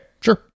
sure